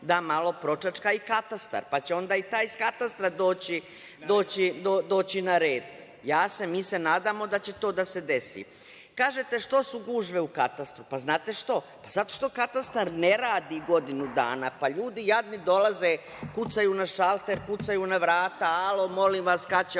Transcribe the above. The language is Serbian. da malo pročačka i katastar, pa će onda i taj iz katastra doći na red. Mi se nadamo da će to da se desi. Kažete – što su gužve u katastru? Znate što? Zato što katastar ne radi godinu dana, pa ljudi jadni dolaze, kucaju na šalter, kucaju na vrata – alo, molim vas, kada će